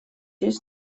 есть